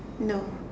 no